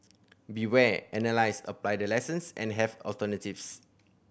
be ware analyse apply the lessons and have alternatives